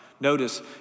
Notice